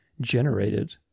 generated